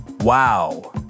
wow